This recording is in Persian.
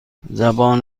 زبان